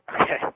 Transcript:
Okay